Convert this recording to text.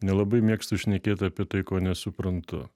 nelabai mėgstu šnekėt apie tai ko nesuprantu